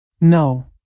No